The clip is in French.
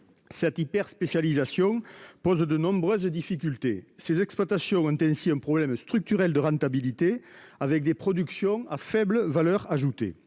Cette hyper spécialisation pose de nombreuses difficultés. Ces exploitations ont ainsi un problème structurel de rentabilité avec des productions à faible valeur ajoutée